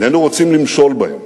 איננו רוצים למשול בהם.